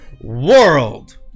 world